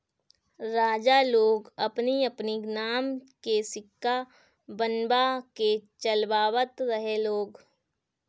राजा लोग अपनी अपनी नाम के सिक्का बनवा के चलवावत रहे लोग